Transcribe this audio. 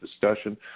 discussion